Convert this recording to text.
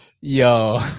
Yo